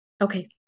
Okay